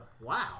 Wow